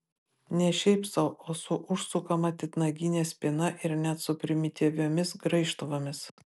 ne šiaip sau o su užsukama titnagine spyna ir net su primityviomis graižtvomis